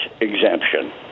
exemption